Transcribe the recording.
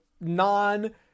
non